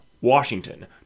Washington